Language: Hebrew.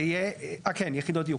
סליחה, זה יהיה, אה כן, יחידות דיור.